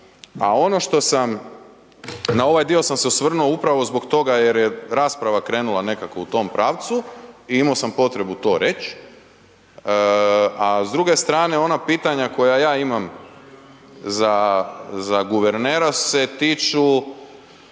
A ono što sam, na ovaj dio sam se osvrnuo upravo zbog toga jer je rasprava krenula nekako u tom pravcu i imo sam potrebu to reć, a s druge strane ona pitanja koja ja imam za, za guvernera se tiču,